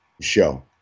show